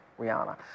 Rihanna